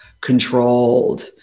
controlled